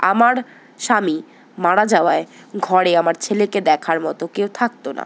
আমার স্বামী মারা যাওয়ায় ঘরে আমার ছেলেকে দেখার মতো কেউ থাকতো না